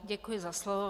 Děkuji za slovo.